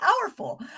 powerful